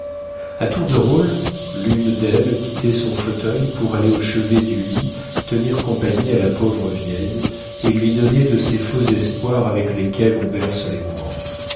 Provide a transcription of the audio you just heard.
a tour de rôle l'une d'elles quittait son fauteuil pour aller au chevet du lit tenir compagnie à la pauvre vieille et lui donner de ces faux espoirs avec lesquels on berce les mourants